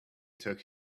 took